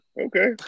okay